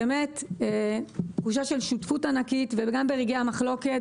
באמת תחושה של שותפות ענקית גם ברגעי המחלוקת.